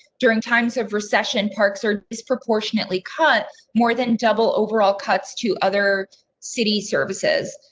during times of recession. parks are disproportionately cut more than double overall cuts to other city services.